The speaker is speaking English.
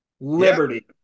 Liberty